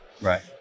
Right